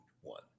one